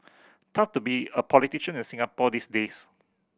tough to be a politician in Singapore these days